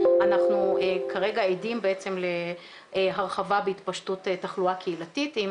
אנחנו כרגע עדים בעצם להרחבה בהתפשטות תחלואה קהילתית עם